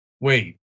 Wait